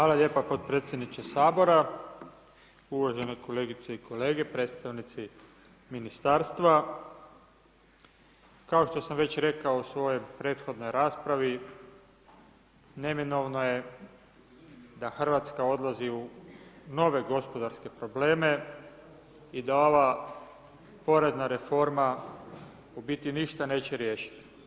Hvala lijepa podpredsjedniče sabora, uvažene kolegice i kolege, predstavnici ministarstva, kao što sam već rekao u svojoj prethodnoj raspravi neminovno je da Hrvatska odlazi u nove gospodarske probleme i da ova porezna reforma u biti ništa neće riješiti.